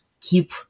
keep